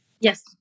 Yes